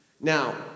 Now